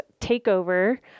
takeover